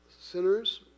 sinners